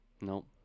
nope